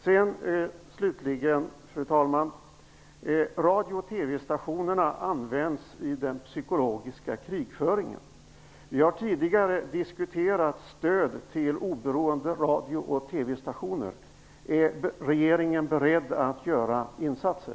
Fru talman! Radio och TV-stationerna används i den psykologiska krigföringen. Vi har tidigare diskuterat stöd till oberoende radio och TV stationer. Är regeringen beredd att göra insatser?